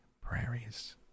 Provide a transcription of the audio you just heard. prairies